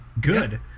Good